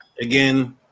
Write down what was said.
Again